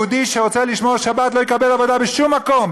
יהודי שרוצה לשמור שבת לא יקבל עבודה בשום מקום